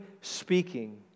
speaking